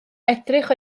edrych